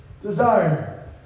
desire